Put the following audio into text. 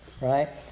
right